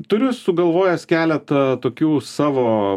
turiu sugalvojęs keletą tokių savo